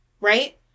right